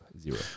Zero